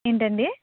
ఏంటండీ